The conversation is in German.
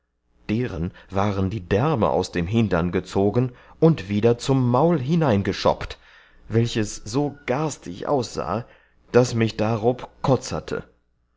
deren waren die därme aus dem hindern gezogen und wieder zum maul hineingeschoppt welches so garstig aussahe daß mich darob kotzerte